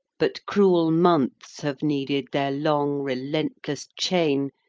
but cruel months have needed their long relentless chain,